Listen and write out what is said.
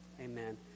Amen